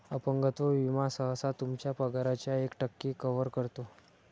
अपंगत्व विमा सहसा तुमच्या पगाराच्या एक टक्के कव्हर करतो